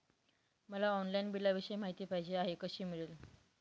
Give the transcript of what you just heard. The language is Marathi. मला ऑनलाईन बिलाविषयी माहिती पाहिजे आहे, कशी मिळेल?